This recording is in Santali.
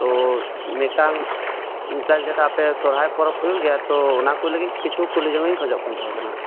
ᱛᱳ ᱢᱤᱫᱴᱟᱝ ᱡᱮᱴᱟ ᱟᱯᱮ ᱥᱚᱦᱨᱟᱭ ᱯᱚᱨᱚᱵᱽ ᱦᱩᱭᱩᱜ ᱜᱮᱭᱟ ᱛᱚ ᱚᱱᱟ ᱠᱚ ᱞᱟᱹᱜᱤᱫ ᱠᱤᱪᱷᱩ ᱠᱩᱞᱤ ᱡᱚᱝ ᱤᱧ ᱠᱷᱚᱡᱚᱜ ᱠᱟᱱ ᱛᱟᱦᱮᱸ ᱠᱟᱱᱟ